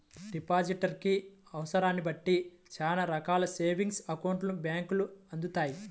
depositor కి అవసరాన్ని బట్టి చానా రకాల సేవింగ్స్ అకౌంట్లను బ్యేంకులు అందిత్తాయి